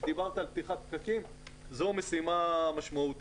דיברת על פתיחת פקקים זו משימה משמעותית.